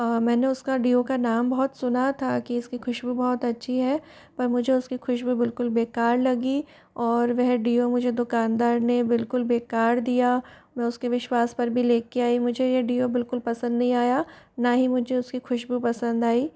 मैंने उसका डिओ का नाम बहुत सुना था कि इसकी खुशबू बहुत अच्छी है पर मुझे उसकी खुशबू बिल्कुल बेकार लगी और वह डिओ मुझे दुकानदार ने बिल्कुल बेकार दिया मैं उसके विश्वास पर भी लेके आई मुझे यह डिओ बिल्कुल पसंद नहीं आया ना ही मुझे उसकी खुशबू पसंद आई